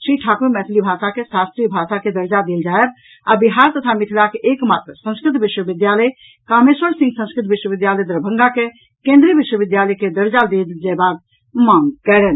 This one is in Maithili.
श्री ठाकुर मैथिली भाषा के शास्त्रीय भाषा के दर्जा देल जायब आ बिहार तथा मिथिलाक एक मात्र संस्कृत विश्वविद्यालय कामेश्वर सिंह संस्कृत विश्वविद्यालय दरभंगा के केन्द्रीय विश्वविद्यालय के दर्जा देल जयबाक मांग कयलनि